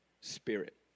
Spirit